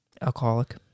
Alcoholic